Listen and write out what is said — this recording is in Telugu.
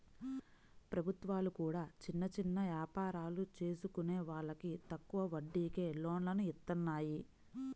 ప్రభుత్వాలు కూడా చిన్న చిన్న యాపారాలు చేసుకునే వాళ్లకి తక్కువ వడ్డీకే లోన్లను ఇత్తన్నాయి